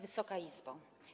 Wysoka Izbo!